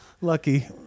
Lucky